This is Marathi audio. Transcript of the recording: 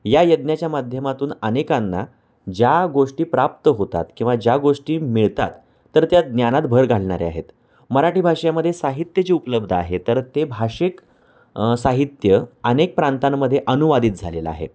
या यज्ञाच्या माध्यमातून अनेकांना ज्या गोष्टी प्राप्त होतात किंवा ज्या गोष्टी मिळतात तर त्या ज्ञनाात भर घालणाऱ्या आहेत मराठी भाषेमध्येे साहित्य जे उपलब्ध आहे तर ते भाषिक साहित्य अनेक प्रांतांमध्ये अनुवादित झालेलं आहे